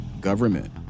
government